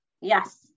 yes